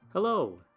Hello